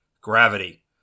gravity